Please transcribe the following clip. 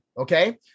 Okay